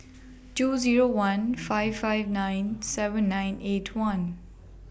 two Zero one five five nine seven nine eight one